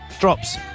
drops